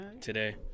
today